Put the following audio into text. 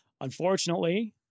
Unfortunately